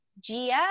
Gia